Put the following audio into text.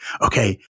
okay